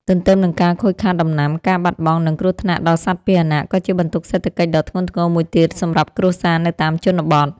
ទន្ទឹមនឹងការខូចខាតដំណាំ ការបាត់បង់ និងគ្រោះថ្នាក់ដល់សត្វពាហនៈ ក៏ជាបន្ទុកសេដ្ឋកិច្ចដ៏ធ្ងន់ធ្ងរមួយទៀតសម្រាប់គ្រួសារនៅតាមជនបទ។